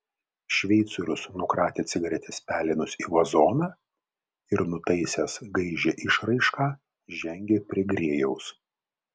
šveicorius nukratė cigaretės pelenus į vazoną ir nutaisęs gaižią išraišką žengė prie grėjaus